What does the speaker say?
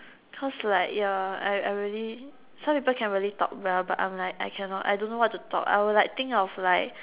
cause like ya I I really some people can really talk well but I'm like I cannot I don't know what to talk I will like think of like